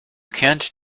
can’t